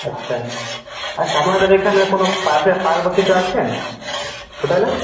আচ্ছা আচ্ছা আপনাদের এখানে কোনো পাশে পার্ক বা কিছু আছে হোটেলে